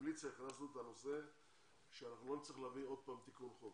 הכנסנו את זה שלא נצטרך שוב להביא תיקון חוק.